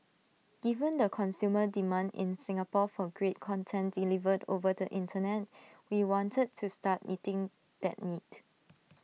given the consumer demand in Singapore for great content delivered over the Internet we wanted to start meeting that need